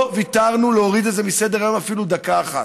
לא נתנו להוריד את זה מסדר-היום אפילו דקה אחת,